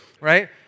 right